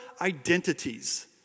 identities